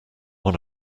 one